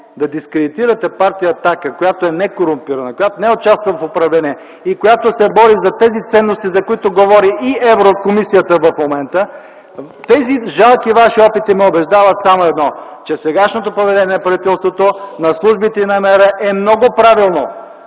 да дискредитирате партия „Атака”, която е некорумпирана, която не участва в управление и която се бори за тези ценности, за които говори и Еврокомисията в момента, тези жалки ваши опити ме убеждават само в едно – че сегашното поведение на правителството, на службите и на МВР е много правилно.